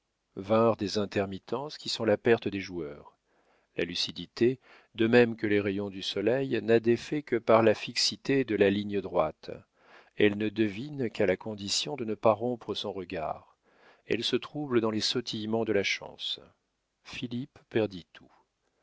vinrent des intermittences qui sont la perte des joueurs la lucidité de même que les rayons du soleil n'a d'effet que par la fixité de la ligne droite elle ne devine qu'à la condition de ne pas rompre son regard elle se trouble dans les sautillements de la chance philippe perdit tout